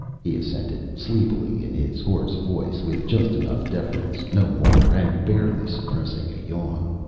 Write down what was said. he assented, sleepily, in his hoarse voice, with just enough deference, no more, and barely suppressing a yawn.